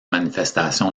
manifestations